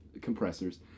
compressors